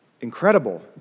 Incredible